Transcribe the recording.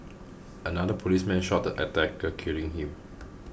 another policeman shot the attacker killing him